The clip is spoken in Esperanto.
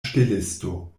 ŝtelisto